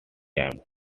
time